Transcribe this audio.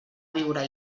viure